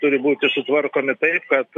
turi būti sutvarkomi taip kad